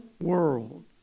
world